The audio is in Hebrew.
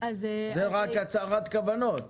אלא רק הצהרת כוונות.